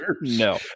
No